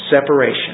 separation